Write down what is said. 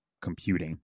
computing